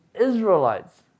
Israelites